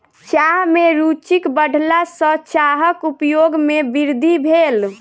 चाह में रूचिक बढ़ला सॅ चाहक उपयोग में वृद्धि भेल